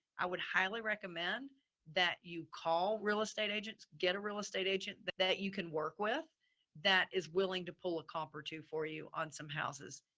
i would highly recommend that you call real estate agents. get a real estate agent that that you can work with that is willing to pull a comp or two for you on some houses.